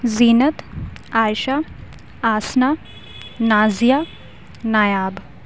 زینت عائشہ آسنا نازیہ نایاب